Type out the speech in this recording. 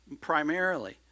primarily